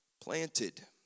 planted